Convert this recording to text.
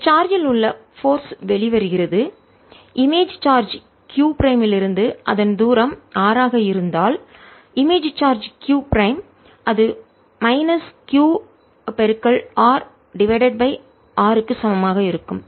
இந்த சார்ஜ் ல் உள்ள சக்தி போர்ஸ் வெளிவருகிறது இமேஜ் சார்ஜ் q ப்ரைம் இலிருந்து அதன் தூரம் r ஆக இருந்தால் இமேஜ் சார்ஜ் q ப்ரைம்அது minus q R divided by r க்கு சமமாக இருக்கும்